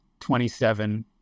27